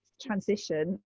transition